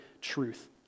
truth